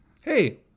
Hey